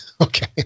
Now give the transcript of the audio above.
okay